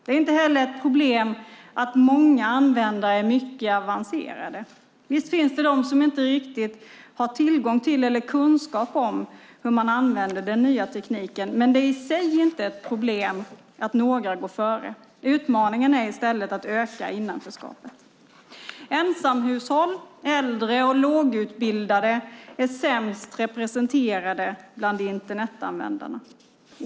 Det är inte heller ett problem att många användare är mycket avancerade. Visst finns det de som inte riktigt har tillgång till, eller kunskap om, hur man använder den nya tekniken. Men det är i sig inte ett problem att några går före. Utmaningen är i stället att öka innanförskapet. Ensamhushåll, äldre och lågutbildade är sämst representerade bland Internetanvändarna.